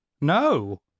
No